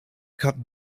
cut